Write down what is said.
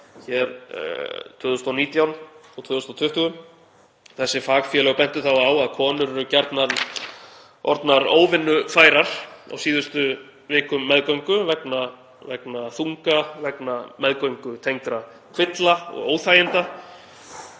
2019 og 2020. Þessi fagfélög bentu á að konur eru gjarnan orðnar óvinnufærar á síðustu vikum meðgöngu vegna þunga, vegna meðgöngutengdra kvilla og óþæginda.